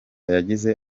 yagize